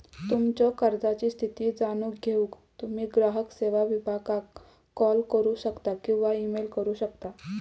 तुमच्यो कर्जाची स्थिती जाणून घेऊक तुम्ही ग्राहक सेवो विभागाक कॉल करू शकता किंवा ईमेल करू शकता